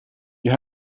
you